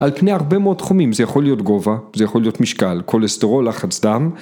על פני הרבה מאוד תחומים, זה יכול להיות גובה, זה יכול להיות משקל, כולסטרול, לחץ דם.